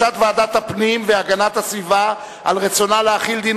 להודעת ועדת הפנים והגנת הסביבה על רצונה להחיל דין